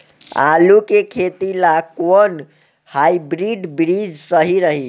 आलू के खेती ला कोवन हाइब्रिड बीज सही रही?